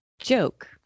joke